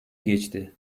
geçti